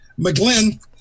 McGlynn